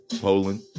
Poland